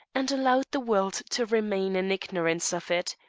and allowed the world to remain in ignorance of it.